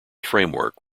framework